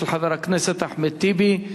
של חבר הכנסת אחמד טיבי.